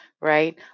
right